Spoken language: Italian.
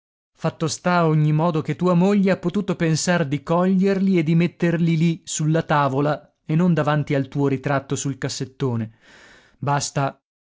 fatto sta a ogni modo che tua moglie ha potuto pensar di coglierli e di metterli lì sulla tavola e non davanti al tuo ritratto sul cassettone basta